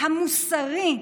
המוסרי,